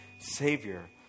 Savior